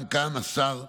גם כאן השר יוכל,